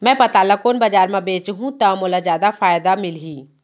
मैं पताल ल कोन बजार म बेचहुँ त मोला जादा फायदा मिलही?